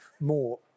more